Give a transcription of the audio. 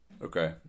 Okay